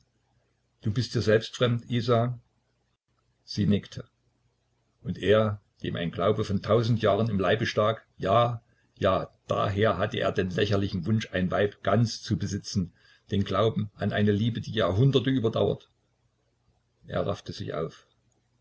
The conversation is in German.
du bist dir selbst fremd isa sie nickte und er dem ein glaube von tausend jahren im leibe stak ja ja daher hatte er den lächerlichen wunsch ein weib ganz zu besitzen den glauben an eine liebe die jahrhunderte überdauert er raffte sich auf